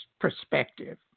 perspective